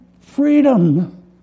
freedom